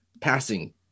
passing